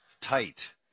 tight